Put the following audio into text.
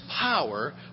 power